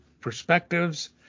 perspectives